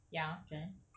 ya then